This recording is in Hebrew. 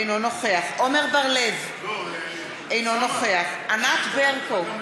אינו נוכח עמר בר-לב, אינו נוכח ענת ברקו,